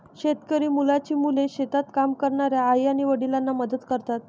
शेतकरी मुलांची मुले शेतात काम करणाऱ्या आई आणि वडिलांना मदत करतात